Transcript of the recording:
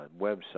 Website